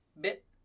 bit